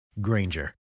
Granger